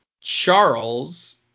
Charles